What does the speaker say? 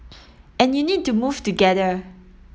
and you need to move together